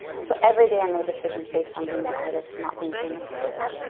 so everyday i made decisions based on being an artist, not being famous or rich.